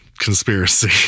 conspiracy